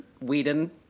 Whedon